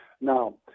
Now